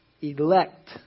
Elect